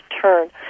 turn